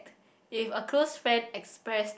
if a close friend expressed